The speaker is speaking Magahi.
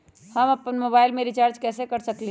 हम अपन मोबाइल में रिचार्ज कैसे कर सकली ह?